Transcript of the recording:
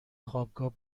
خوابگاه